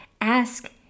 Ask